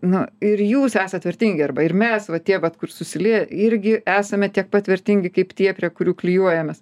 nu ir jūs esat vertingi arba ir mes va tie vat kur susilieja irgi esame tiek pat vertingi kaip tie prie kurių klijuojamės